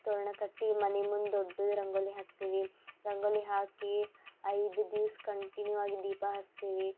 ತೋರಣ ಕಟ್ಟಿ ಮನೆ ಮುಂದೆ ದೊಡ್ಡದು ರಂಗೋಲಿ ಹಾಕ್ತೀವಿ ರಂಗೋಲಿ ಹಾಕಿ ಐದು ದಿವ್ಸ ಕಂಟಿನಿವ್ ಆಗಿ ದೀಪ ಹಸ್ತಿವಿ